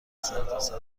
سرتاسر